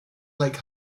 lake